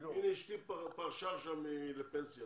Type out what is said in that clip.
הנה, אשתי פרשה עכשיו לפנסיה